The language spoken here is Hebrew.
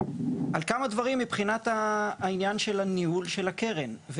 על כמה דברים מבחינת העניין של הניהול של הקרן.